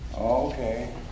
Okay